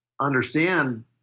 understand